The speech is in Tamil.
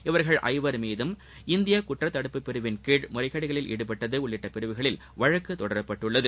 இவர்கள் ஐவர் மீதும் இந்திய குற்ற தடுப்பு பிரிவின் கீழ் முறைகேடுகளில் ஈடுபட்டது உள்ளிட்ட பிரிவுகளில் வழக்கு தொடரப்பட்டுள்ளது